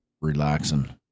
relaxing